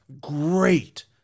Great